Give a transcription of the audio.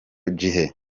gihe